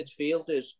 midfielders